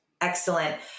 Excellent